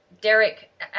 Derek